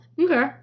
Okay